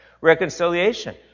Reconciliation